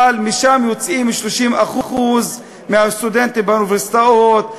אבל משם יוצאים 30% מהסטודנטים באוניברסיטאות,